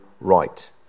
right